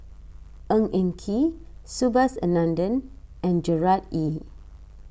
Ng Eng Kee Subhas Anandan and Gerard Ee